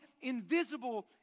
invisible